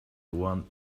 one